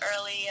early